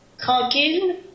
Tranquille